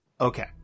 Okay